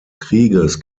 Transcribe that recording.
krieges